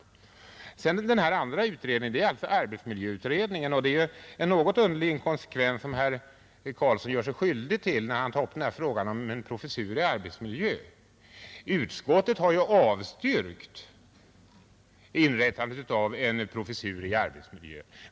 Vad beträffar den andra utredningen, arbetsmiljöutredningen, är det en något underlig inkonsekvens som herr Karlsson gör sig skyldig till när han tar upp frågan om en professur i arbetsmiljö. Utskottet har ju avstyrkt inrättandet av en sådan.